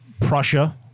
Prussia